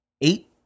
Eight